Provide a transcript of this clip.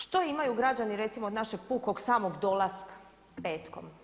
Što imaju građani recimo od našeg pukog samog dolaska petkom?